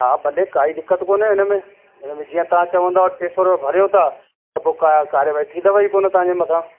हा भले काई दिक़त कोने हिन में हिन में जीअं तव्हां चवंदव टे सौ भरियो था त पोइ का काररवाई थींदव ई कोन तव्हांजे मथां